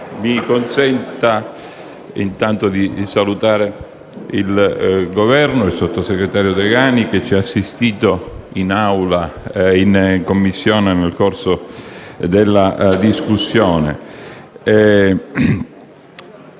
Mi consenta intanto di salutare il Governo, il sottosegretario Barbara Degani, che ci ha assistito in Commissione nel corso della discussione.